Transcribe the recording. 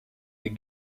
des